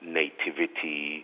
nativity